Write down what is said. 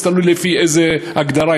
תלוי לפי איזו הגדרה,